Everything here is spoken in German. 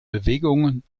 bewegungen